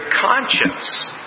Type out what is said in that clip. conscience